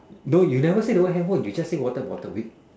no you never say the word handhold you just say water bottle with